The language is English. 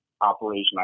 operation